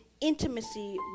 intimacy